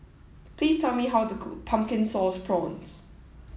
please tell me how to cook Pumpkin Sauce Prawns